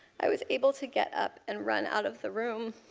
i was able to get up and run out of the room